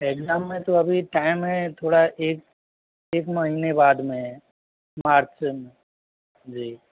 exam में तो अभी टाइम है थोड़ा एक एक महीने बाद में है मार्च में जी